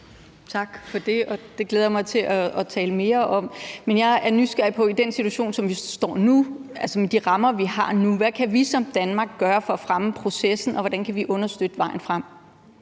Tak for det. Det glæder jeg mig til at tale mere om. Men jeg er i den situation, som vi står i nu, altså med de rammer, vi har nu, nysgerrig på at høre, hvad vi som Danmark kan gøre for at fremme processen, og hvordan vi kan understøtte vejen frem.